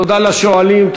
תודה לשואלים,